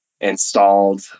installed